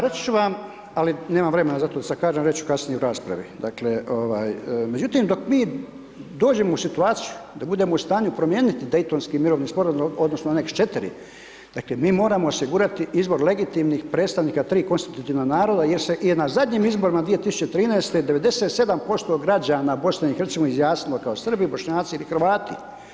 Reći ću vam ali nemam vremena za to da sad kažem reć ću kasnije u raspravi, dakle ovaj međutim dok mi dođemo u situaciju da budemo u stanju promijeniti Dejtonski mirovni sporazum odnosno Aneks 4. dakle mi moramo osigurati izbor legitimnih predstavnika tri konstitutivna naroda jer se i na zadnjim izborima 2013. 97% građana BiH izjasnilo kao Srb, Bošnjaci ili Hrvati.